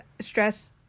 stress